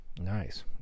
nice